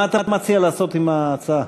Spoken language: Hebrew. מה אתה מציע לעשות עם ההצעה?